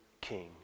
King